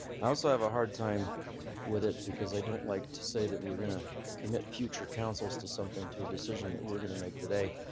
i also have a hard time with it because i don't like to say that we're going to commit future councils to something, to a decision that we're going to make today.